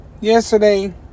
yesterday